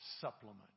supplement